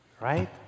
Right